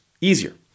easier